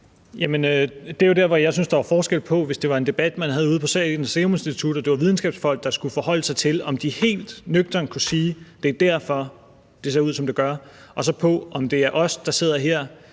Det er jo der, hvor jeg synes der er forskel på, hvis det var en debat, man havde ude på Statens Serum Institut, og det var videnskabsfolk, der skulle forholde sig til, om de helt nøgternt kunne sige, at det er derfor, det ser ud, som det gør, og så på, om det er os, der sidder her